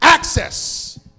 Access